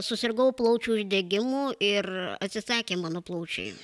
susirgau plaučių uždegimu ir atsisakė mano plaučiai